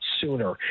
sooner